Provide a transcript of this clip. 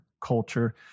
culture